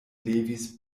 levis